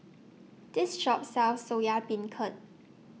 This Shop sells Soya Beancurd